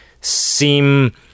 seem